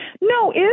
No